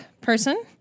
person